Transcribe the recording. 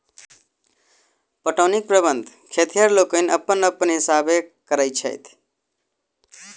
पटौनीक प्रबंध खेतिहर लोकनि अपन अपन हिसाबेँ करैत छथि